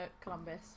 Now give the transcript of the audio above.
Columbus